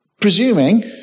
presuming